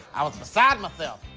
i was beside myself,